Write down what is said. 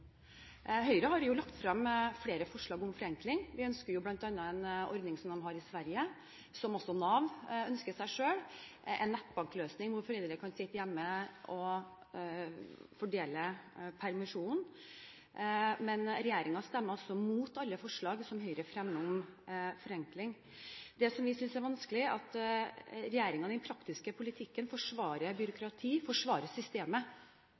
Høyre har lagt frem flere forslag om forenkling. Vi ønsker bl.a. en ordning som de har i Sverige, som også Nav ønsker seg, en nettbankløsning hvor foreldrene kan sitte hjemme og fordele permisjonen. Men regjeringen stemmer mot alle forslag som Høyre fremmer om forenkling. Det som vi synes er vanskelig, er at regjeringen i den praktiske politikken forsvarer byråkratiet, forsvarer systemet,